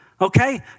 okay